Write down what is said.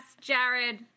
Jared